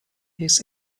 his